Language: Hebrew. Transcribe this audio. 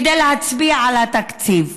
כדי להצביע על התקציב.